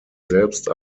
selbst